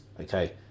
okay